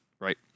right